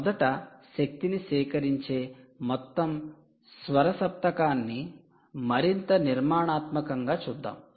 మొదట శక్తిని సేకరించే మొత్తం స్వరసప్తకాన్ని మరింత నిర్మాణాత్మకంగా చూద్దాం